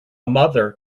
mother